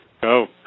Go